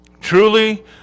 Truly